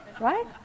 right